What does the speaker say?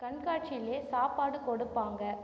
கண்காட்சியிலேயே சாப்பாடு கொடுப்பாங்க